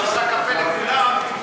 שעושה קפה לכולם,